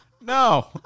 No